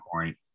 point